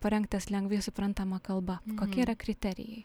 parengtas lengvai suprantama kalba kokie yra kriterijai